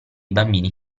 bambini